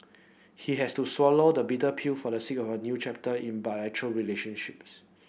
he has to swallow the bitter pill for the sake of a new chapter in relationships